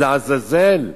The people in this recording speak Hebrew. לעזאזל,